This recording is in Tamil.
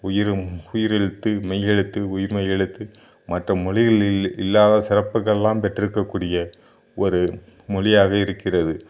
உயிரும் உயிர் எழுத்து மெய் எழுத்து உயிர்மெய் எழுத்து மற்ற மொழிகளில் இல்லாத சிறப்புகள்லாம் பெற்றுக்க கூடிய ஒரு மொழியாக இருக்கிறது